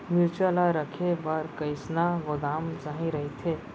मिरचा ला रखे बर कईसना गोदाम सही रइथे?